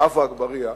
עפו אגבאריה.